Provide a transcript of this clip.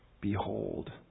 behold